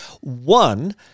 One